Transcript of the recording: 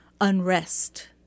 unrest